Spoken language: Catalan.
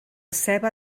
ceba